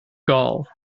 gall